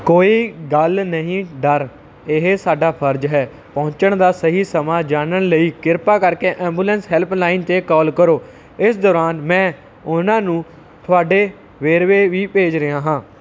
ਕੋਈ ਗੱਲ ਨਹੀਂ ਡਰ ਇਹ ਸਾਡਾ ਫਰਜ਼ ਹੈ ਪਹੁੰਚਣ ਦਾ ਸਹੀ ਸਮਾਂ ਜਾਣਨ ਲਈ ਕਿਰਪਾ ਕਰਕੇ ਐਂਬੂਲੈਂਸ ਹੈਲਪਲਾਈਨ 'ਤੇ ਕੋਲ ਕਰੋ ਇਸ ਦੌਰਾਨ ਮੈਂ ਉਨ੍ਹਾਂ ਨੂੰ ਤੁਹਾਡੇ ਵੇਰਵੇ ਵੀ ਭੇਜ ਰਿਹਾ ਹਾਂ